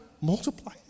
multiply